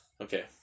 Okay